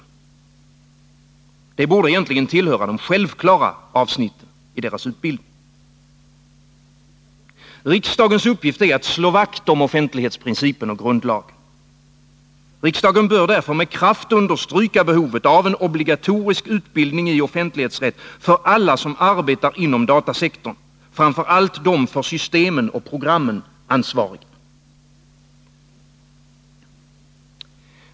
Detta borde egentligen tillhöra de självklara avsnitten i deras utbildning. Riksdagens uppgift är att slå vakt om offentlighetsprincipen och grundlagen. Riksdagen bör därför med kraft understryka behovet av obligatorisk utbildning i offentlighetsrätt för alla som arbetar inom datasektorn, framför allt de för systemen och programmen ansvariga.